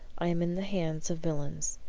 i am in the hands of villains,